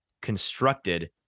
constructed